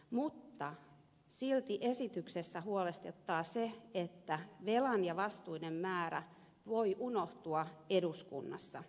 mutta silti esityksessä huolestuttaa se että velan ja vastuiden määrä voi unohtua eduskunnassa